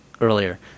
earlier